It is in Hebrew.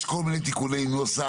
יש כל מיני תיקוני נוסח,